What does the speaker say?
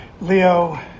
Leo